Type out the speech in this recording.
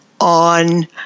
on